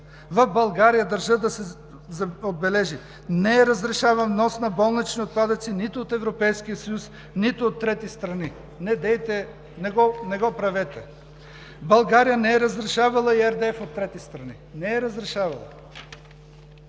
В България, държа да се отбележи, не е разрешаван внос на болнични отпадъци – нито от Европейския съюз, нито от трети страни! Недейте, не го правете! България не е разрешавала и RDF от трети страни! Не е разрешавала.